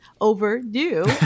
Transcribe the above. overdue